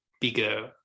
bigger